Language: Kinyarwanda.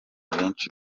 benshi